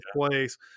place